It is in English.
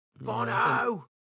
Bono